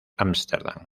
ámsterdam